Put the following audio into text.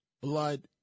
blood